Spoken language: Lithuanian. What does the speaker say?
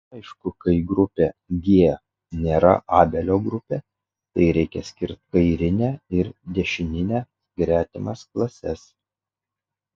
aišku kai grupė g nėra abelio grupė tai reikia skirti kairinę ir dešininę gretimas klases